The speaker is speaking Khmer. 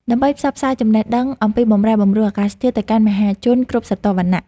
ដើម្បីផ្សព្វផ្សាយចំណេះដឹងអំពីបម្រែបម្រួលអាកាសធាតុទៅកាន់មហាជនគ្រប់ស្រទាប់វណ្ណៈ។